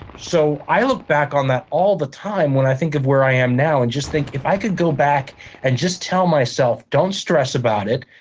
so i look back on that all the time when i think of where i am now and just think, if i could go back and just tell myself don't stress about it,